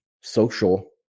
social